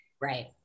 right